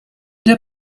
der